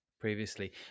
previously